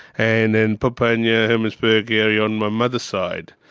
and then papunya hermannsburg area on my mother's side.